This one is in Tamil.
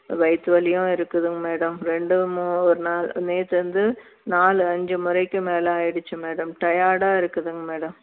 வயிற்று வலியும் இருக்குதுங்க மேடம் ரெண்டுமும் ஒரு நாள் நேற்றிலருந்து நாலு அஞ்சு முறைக்கு மேலே ஆயிடுச்சு மேடம் டயாடாக இருக்குதுங்க மேடம்